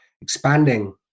expanding